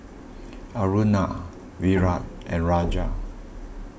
Aruna Virat and Raja